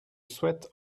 souhaite